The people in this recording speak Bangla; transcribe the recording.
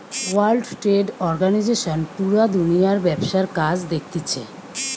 ওয়ার্ল্ড ট্রেড অর্গানিজশন পুরা দুনিয়ার ব্যবসার কাজ দেখতিছে